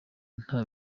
nta